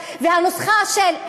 והנוסחה של: